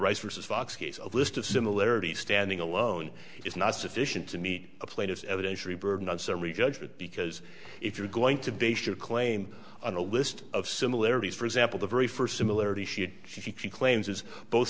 rice versus fox case a list of similarities standing alone is not sufficient to meet a plane it's evidence free burden on summary judgment because if you're going to base your claim on a list of similarities for example the very first similarity she had she claims is both